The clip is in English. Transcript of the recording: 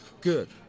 good